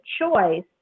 choice